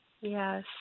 Yes